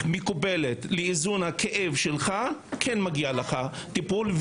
מקובלת לאיזון הכאב שלך מגיע לך טיפול,